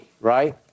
right